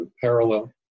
parallel